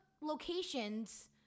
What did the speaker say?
locations